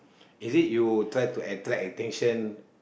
is it you try to attraction attention